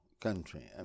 country